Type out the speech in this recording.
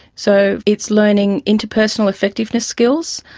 so it's learning interpersonal effectiveness skills,